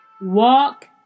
walk